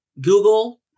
Google